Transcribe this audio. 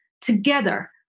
together